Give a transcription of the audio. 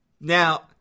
Now